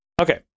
okay